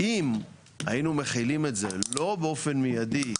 אם היינו מחילים את זה לא באופן מיידי,